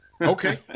Okay